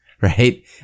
right